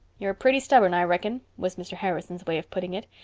you're pretty stubborn, i reckon, was mr. harrison's way of putting it.